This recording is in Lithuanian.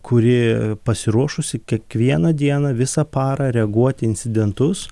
kuri pasiruošusi kiekvieną dieną visą parą reaguoti į incidentus